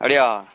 அப்படியா